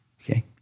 Okay